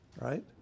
right